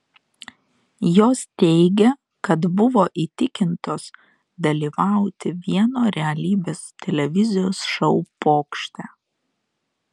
jos teigia kad buvo įtikintos dalyvauti vieno realybės televizijos šou pokšte